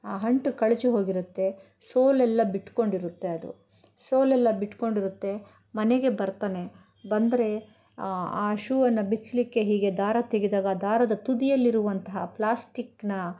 ಆ ಅಂಟು ಕಳಚಿಹೋಗಿರುತ್ತೆ ಸೋಲೆಲ್ಲ ಬಿಟ್ಕೊಂಡಿರುತ್ತೆ ಅದು ಸೋಲೆಲ್ಲ ಬಿಟ್ಕೊಂಡಿರುತ್ತೆ ಮನೆಗೆ ಬರ್ತಾನೆ ಬಂದರೆ ಆ ಆ ಶೂವನ್ನು ಬಿಚ್ಚಲಿಕ್ಕೆ ಹೀಗೆ ದಾರ ತೆಗೆದಾಗ ದಾರದ ತುದಿಯಲ್ಲಿರುವಂತಹ ಪ್ಲಾಸ್ಟಿಕ್ನ